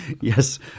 Yes